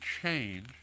change